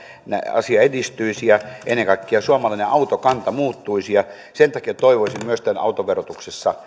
asia edistyisi ja ennen kaikkea suomalainen autokanta muuttuisi sen takia toivoisin myös että autoverotus